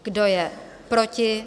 Kdo je proti?